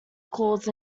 claws